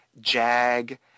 Jag